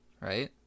right